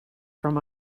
from